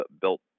built